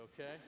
okay